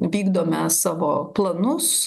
vykdome savo planus